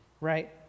right